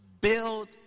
build